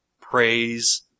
Praise